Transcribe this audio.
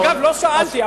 אגב, לא שאלתי.